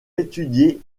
étudier